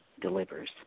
delivers